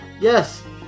yes